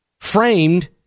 framed